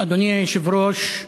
אדוני היושב-ראש,